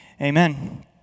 Amen